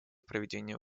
проведения